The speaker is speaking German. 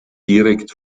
direkt